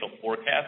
forecast